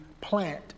plant